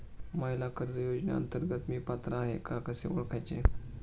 महिला कर्ज योजनेअंतर्गत मी पात्र आहे का कसे ओळखायचे?